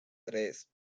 tres